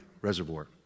Reservoir